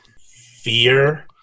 fear